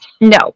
No